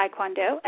Taekwondo